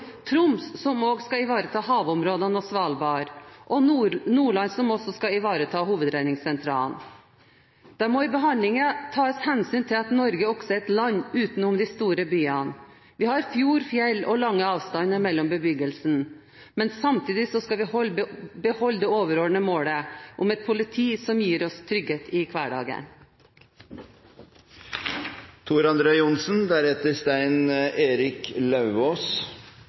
Troms, som også skal ivareta havområdene og Svalbard, og Nordland, som også skal ivareta hovedredningssentralen. Det må i behandlingen tas hensyn til at Norge er et land også utenom de store byene. Vi har fjord, fjell og lange avstander mellom bebyggelsene. Samtidig skal vi beholde det overordnede målet – et politi som gir oss trygghet i hverdagen.